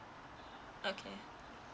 okay